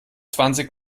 zwanzig